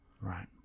Right